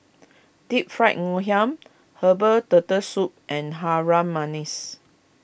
Deep Fried Ngoh Hiang Herbal Turtle Soup and Harum Manis